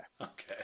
Okay